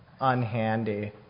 unhandy